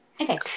Okay